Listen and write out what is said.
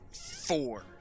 four